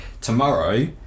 Tomorrow